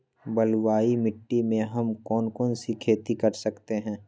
बलुई मिट्टी में हम कौन कौन सी खेती कर सकते हैँ?